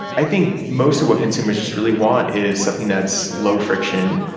i think most of what consumers just really want is something that's low-friction,